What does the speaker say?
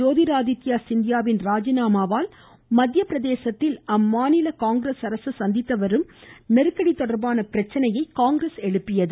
ஜோதிராதித்யா சிந்தியாவின் ராஜினாமாவால் மத்திய பிரதேசத்தில் அம்மாநில அரசு சந்தித்து வரும் நெருக்கடி தொடர்பான பிரச்சனையை காங்கிரஸ் எழுப்பியது